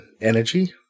energy